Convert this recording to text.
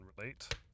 relate